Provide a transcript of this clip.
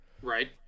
right